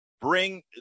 bring